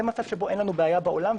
זה מצב שבו אין לנו בעיה בעולם,